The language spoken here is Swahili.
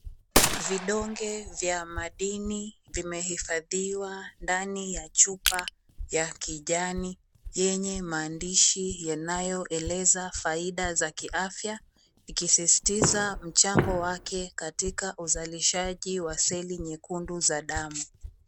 Vidonge vya madini vimehifadhiwa ndani ya chupa ya kijani yenye maandishi yanayoeleza faida za kiafya ikisistiza mchango wake katika uzalishaji wa seli nyekundu za damu.